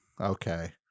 Okay